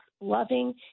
loving